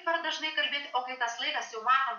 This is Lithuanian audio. per dažnai kalbėti o kai tas laikas jau matom